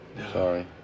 Sorry